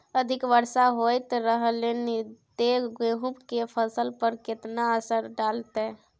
अधिक वर्षा होयत रहलनि ते गेहूँ के फसल पर केतना असर डालतै?